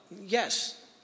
yes